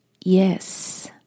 yes